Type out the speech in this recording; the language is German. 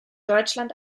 deutschland